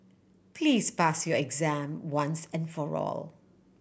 please pass your exam once and for all